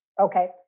okay